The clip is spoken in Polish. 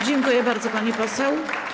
Dziękuję bardzo, pani poseł.